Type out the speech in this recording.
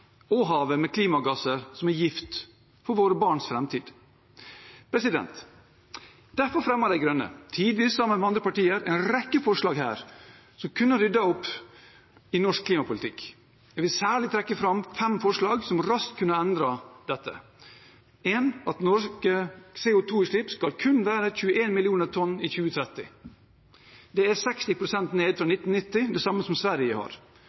og havet med klimagasser, som er gift for våre barns framtid. Derfor fremmer Miljøpartiet De Grønne, delvis sammen med andre partier, en rekke forslag som kunne ryddet opp i norsk klimapolitikk. Jeg vil særlig trekke fram fem forslag som raskt kunne endret dette: Norske CO2-utslipp skal være kun 21 millioner tonn i 2030. Det er 60 pst. ned fra 1990, det samme som i Sverige.